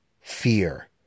fear